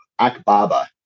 Akbaba